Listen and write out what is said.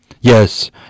Yes